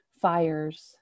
Fires